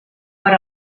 per